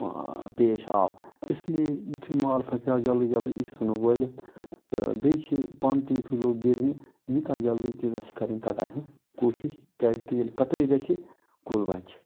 پیش آو اِسلیے یُتھُے مال پَپیوو جلدی جلدی یہِ چھُ ژھٔنُن وٲلِتھ تہٕ بیٚیہِ چھِ پَن تہٕ یُتھُے لوٚگ گِرنہِ یوٗتاہ جلدی تیوٗتاہ چھِ کَرٕنۍ کَٹاے ہٕنٛز کوشِش کیازکہِ ییٚلہِ کَٹٲے گَژھِ کُل بَچہِ